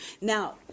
now